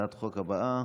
הצעת החוק הבאה,